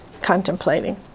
contemplating